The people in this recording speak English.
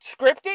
Scripted